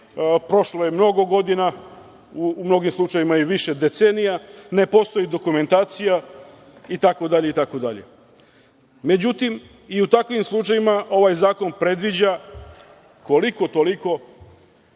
Prošlo je mnogo godina, u mnogim slučajevima i više decenija. Ne postoji dokumentacija, itd.Međutim, i u takvim slučajevima ovaj zakon predviđa koliko-toliko,